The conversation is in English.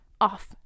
off